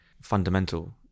fundamental